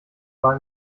war